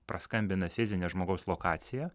paskambina fizinę žmogaus lokaciją